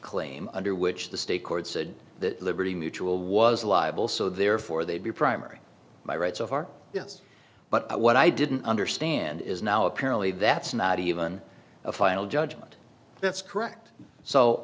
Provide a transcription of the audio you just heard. claim under which the state court said that liberty mutual was liable so therefore they'd be primary my rights are yes but what i didn't understand is now apparently that's not even a final judgment that's correct so